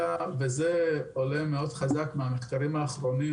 וזה עולה מאוד חזק מהמחקרים האחרונים